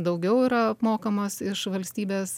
daugiau yra apmokamas iš valstybės